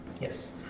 Yes